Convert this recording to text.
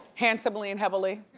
handsomely and heavily?